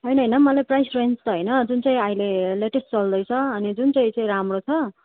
होइन होइन price range त होइन जुन चाहिँ अहिले लेटेस्ट् चल्दैछ अनि जुन चाहिँ राम्रो छ